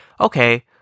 okay